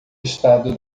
estado